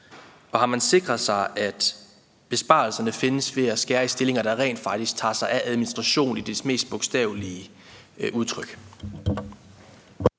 og har man sikret sig, at besparelserne findes ved at skære i stillinger, der rent faktisk tager sig af administration i dets mest bogstavelige udtryk?